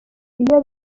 iyo